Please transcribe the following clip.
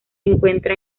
encuentra